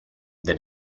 the